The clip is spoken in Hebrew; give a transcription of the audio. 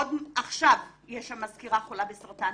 עכשיו יש שם מזכירה חולה בסרטן.